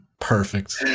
Perfect